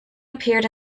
appeared